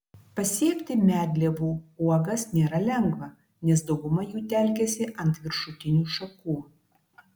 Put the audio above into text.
pasiekti medlievų uogas nėra lengva nes dauguma jų telkiasi ant viršutinių šakų